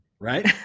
right